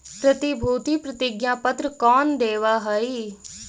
प्रतिभूति प्रतिज्ञा पत्र कौन देवअ हई